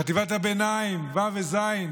ה' וחטיבת הביניים, ו'-ז',